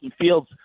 Fields